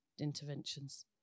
interventions